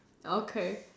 okay